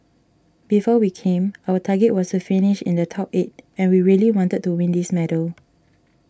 before we came our target was to finish in the top eight and we really wanted to win this medal